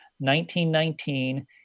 1919